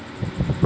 Loan कइसे मिली?